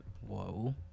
Whoa